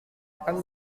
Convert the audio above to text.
akan